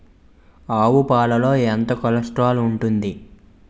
ఆవు పాలలో ఎంత కొలెస్ట్రాల్ ఉంటుంది?